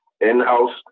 in-house